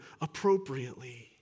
appropriately